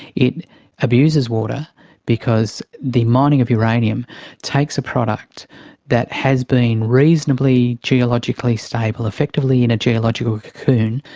it abuses water because the mining of uranium takes a product that has been reasonably geologically stable, effectively in a geological cocoon,